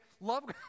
Love